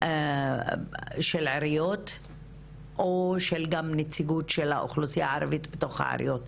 או גם של נציגות האוכלוסיה הערבית בתוך העיריות.